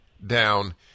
down